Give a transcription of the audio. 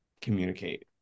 communicate